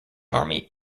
army